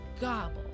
gobble